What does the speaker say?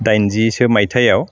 दाइनजिसो मायथाइयाव